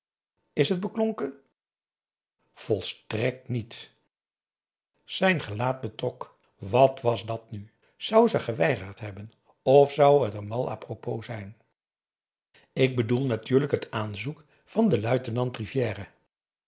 is het beklonken volstrekt niet zijn gelaat betrok wat was dat nu zou ze geweigerd hebben of zou het een mal à propos zijn ik bedoel natuurlijk t aanzoek van den luitenant rivière